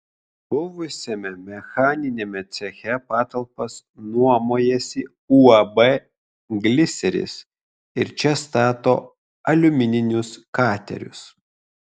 buvusiame mechaniniame ceche patalpas nuomojasi uab gliseris ir čia stato aliumininius katerius